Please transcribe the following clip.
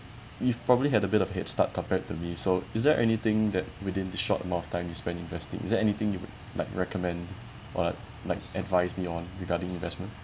you've probably had a bit of headstart compared to me so is there anything that within the short amount of time you spent investing is there anything you would like recommend what like advise me on regarding investment